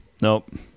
Nope